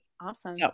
awesome